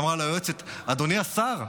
אמרה לו היועצת: אדוני השר,